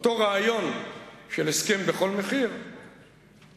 אותו רעיון של הסכם בכל מחיר מוביל